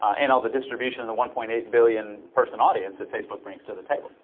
and all the distribution, and the one point eight billion person audience that facebook brings to the table.